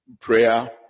prayer